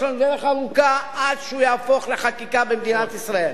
יש לנו דרך ארוכה עד שהוא יהפוך לחקיקה במדינת ישראל.